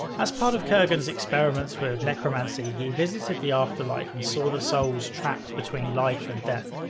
as part of kerghan's experiments with necromancy, he visited the afterlife and saw the souls trapped between life and death.